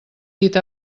dit